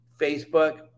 Facebook